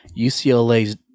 UCLA's